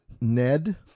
Ned